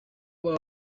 baba